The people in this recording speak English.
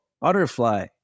Butterfly